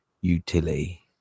utility